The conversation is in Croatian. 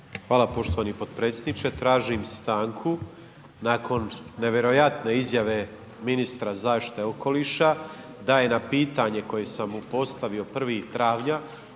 Hvala poštovani potpredsjedniče. Tražim stanku nakon nevjerojatne izjave ministra zaštite okoliša da je na pitanje koje sam mu postavio 1. travnja